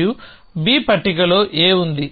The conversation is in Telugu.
మరియు B పట్టికలో A ఉంది